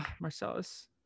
Marcellus